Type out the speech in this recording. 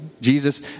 Jesus